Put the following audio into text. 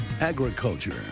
Agriculture